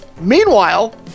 Meanwhile